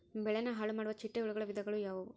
ಬೆಳೆನ ಹಾಳುಮಾಡುವ ಚಿಟ್ಟೆ ಹುಳುಗಳ ವಿಧಗಳು ಯಾವವು?